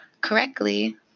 correctly